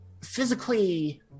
physically